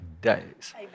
days